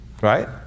Right